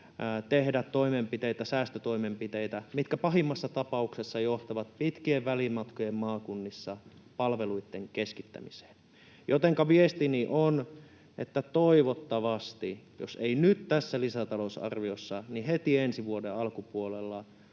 tehdä toimenpiteitä, säästötoimenpiteitä, mitkä pahimmassa tapauksessa johtavat pitkien välimatkojen maakunnissa palveluitten keskittämiseen. Jotenka viestini on, että toivottavasti, jos ei nyt tässä lisätalousarviossa, niin heti ensi vuoden alkupuolella